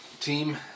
team